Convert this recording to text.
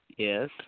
Yes